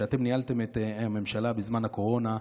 כשאתם ניהלת את הממשלה בזמן הקורונה,